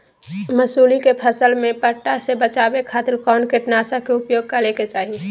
मसूरी के फसल में पट्टा से बचावे खातिर कौन कीटनाशक के उपयोग करे के चाही?